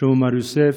שלמה מור-יוסף.